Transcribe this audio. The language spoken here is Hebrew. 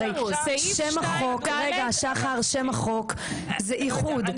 הרי שם החוק זה איחוד,